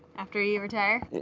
after you retire?